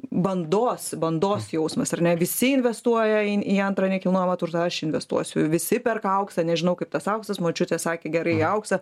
bandos bandos jausmas ar ne visi investuoja į antrą nekilnojamą turtą aš investuosiu visi perka auksą nežinau kaip tas auksas močiutė sakė gerai į auksą